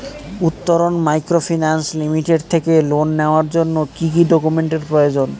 Uttaran microfinance limited থেকে loan নেওয়ার জন্য কি কি ডকুমেন্টস এর প্রয়োজন?